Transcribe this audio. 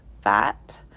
fat